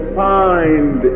find